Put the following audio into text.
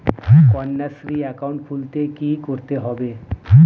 Kanyashree account খুলতে কী করতে হবে?